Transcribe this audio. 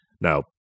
Now